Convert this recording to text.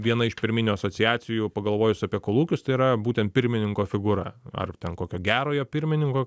vieną iš pirminių asociacijų pagalvojus apie kolūkius tai yra būtent pirmininko figūra ar ten kokio gerojo pirmininko